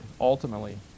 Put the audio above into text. ultimately